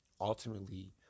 ultimately